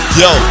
yo